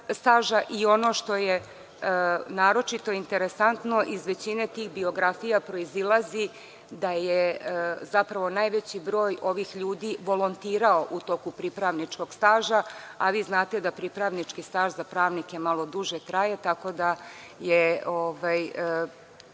i ono što je naročito interesantno, iz većine tih biografija proizilazi da je zapravo najveći broj ovih ljudi volontirao u toku pripravničkog staža, a vi znate da pripravnički staž za pravnike malo duže traje, tako da je